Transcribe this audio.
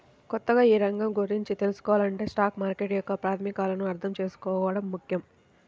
కొత్తగా ఈ రంగం గురించి తెల్సుకోవాలంటే స్టాక్ మార్కెట్ యొక్క ప్రాథమికాలను అర్థం చేసుకోవడం ముఖ్యం